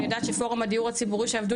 ואני יודעת שפורום הדיור הציבורי שעבדו